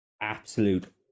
absolute